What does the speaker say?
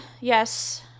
Yes